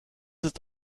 ist